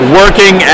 working